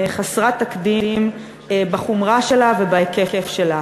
חסרת תקדים בחומרה שלה ובהיקף שלה,